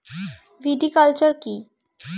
Viticulture কী?